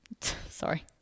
sorry